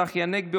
צחי הנגבי,